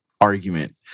argument